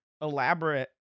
elaborate